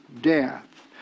death